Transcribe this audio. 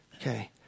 Okay